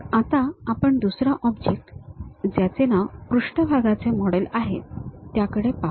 आता आपण दुसरा ऑब्जेक्ट ज्याचे नाव पृष्ठभागाचे मॉडेल आहे त्याकडे पाहू